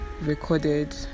recorded